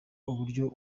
uburyo